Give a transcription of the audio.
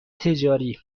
تجاری